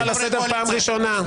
אני קורא אותך לסדר פעם ראשונה.